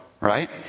right